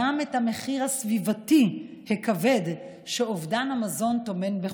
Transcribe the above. גם את המחיר הסביבתי הכבד שאובדן המזון טומן בחובו.